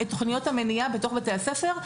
את תכניות המניעה בתוך בתי הספר.